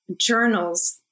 journals